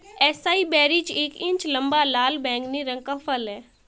acai berries एक inch लंबा, लाल बैंगनी रंग का फल है